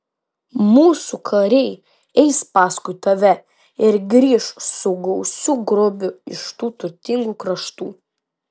mūsų kariai eis paskui tave ir grįš su gausiu grobiu iš tų turtingų kraštų